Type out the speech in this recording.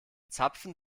zapfen